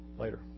later